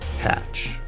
hatch